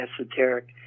esoteric